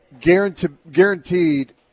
guaranteed –